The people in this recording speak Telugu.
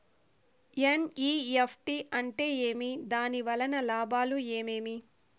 ఎన్.ఇ.ఎఫ్.టి అంటే ఏమి? దాని వలన లాభాలు ఏమేమి